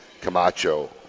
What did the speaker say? Camacho